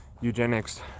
eugenics